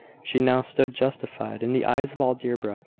she now stood justified in the eyes of all deerbrook,